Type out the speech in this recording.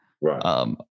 Right